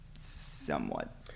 somewhat